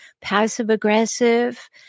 passive-aggressive